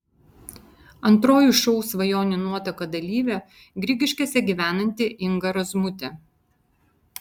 antroji šou svajonių nuotaka dalyvė grigiškėse gyvenanti inga razmutė